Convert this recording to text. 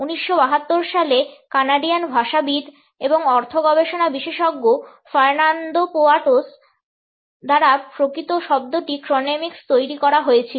1972 সালে কানাডিয়ান ভাষাবিদ এবং অর্থ গবেষণা বিশেষজ্ঞ ফার্নান্দো পোয়াটোস দ্বারা প্রকৃত শব্দটি ক্রোনেমিক্স তৈরি করা হয়েছিল